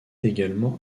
également